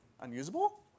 Unusable